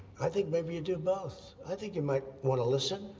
i think maybe you do both. i think you might want to listen.